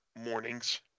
mornings